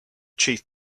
chief